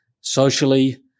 socially